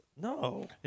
No